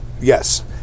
Yes